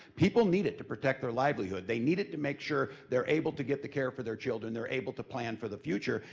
people need it to protect their livelihood. they need it to make sure they're able to get the care for their children and they're able to plan for the future.